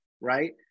right